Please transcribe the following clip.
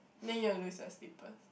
then you'll lose your slippers